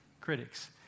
critics